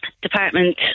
department